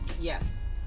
Yes